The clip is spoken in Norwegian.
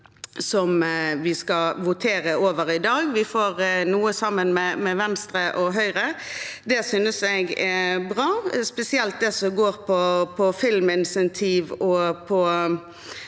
som vi skal votere over i dag. Vi har noen sammen med Venstre og Høyre. Det synes jeg er bra, spesielt det som går ut på filminsentiv og